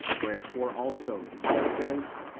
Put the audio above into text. wherefore also paul says,